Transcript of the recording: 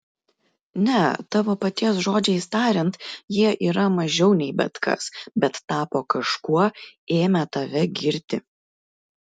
ne tavo paties žodžiais tariant jie yra mažiau nei bet kas bet tapo kažkuo ėmę tave girti